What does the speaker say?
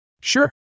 Sure